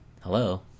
hello